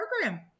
program